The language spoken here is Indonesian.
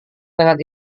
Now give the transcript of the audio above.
dengan